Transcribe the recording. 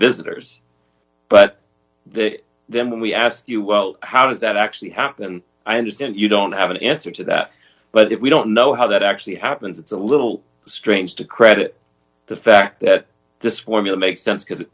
visitors but then when we ask you well how does that actually happen and i understand you don't have an answer to that but if we don't know how that actually happens it's a little strange to credit the fact that this formula makes sense because it